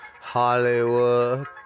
Hollywood